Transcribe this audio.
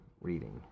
reading